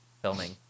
filming